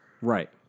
right